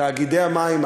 תאגידי המים,